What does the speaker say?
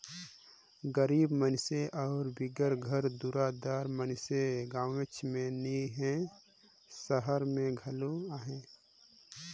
गरीब मइनसे अउ बिगर घर दुरा दार मइनसे गाँवेच में नी हें, सहर में घलो अहें